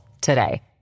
today